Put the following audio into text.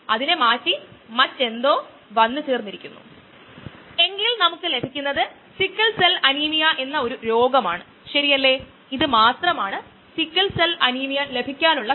6 എപിഎയാണ് തിരഞ്ഞെടുത്ത ആൻറിബയോട്ടിക്കെന്നും പെൻസിലിൻ ജി 6 എപിഎയിലേക്ക് പരിവർത്തനം ചെയ്യുന്നത് ഒരു എൻസൈം അസ്ഥിരമാക്കിയ റിയാക്ടറിലാണ്